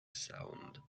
sound